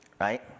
Right